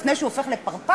לפני שהוא הופך לפרפר,